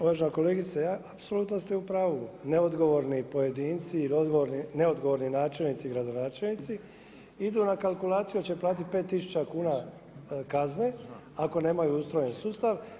Uvažena kolegice, apsolutno ste u pravu, neodgovorni pojedinci, neodgovorni načelnici i gradonačelnici idu na kalkulaciju hoće platiti 5 tisuća kuna kazne ako nemaju ustrojen sustav.